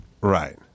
Right